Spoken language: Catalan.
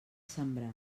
sembrar